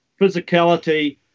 physicality